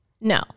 No